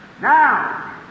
Now